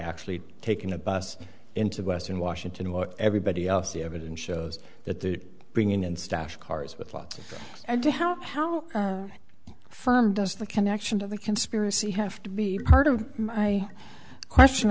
actually taking a bus into western washington or everybody else the evidence shows that the bringing in stash cars with lots and to how how firm does the connection to the conspiracy have to be part of my question